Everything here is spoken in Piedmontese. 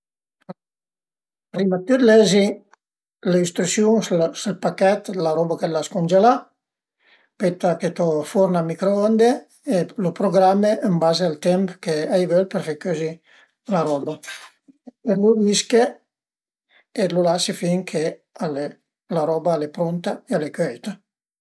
Prima dë tüt lezi le instrüsiun s'ël pachèt d'la roba che l'as cungelà, pöi tach to furn a microonde e lu programme ën baze al temp ch'a i võl për fe cözi la roba, lu vische e lu lase finché al e la roba al e prunta e al e cöita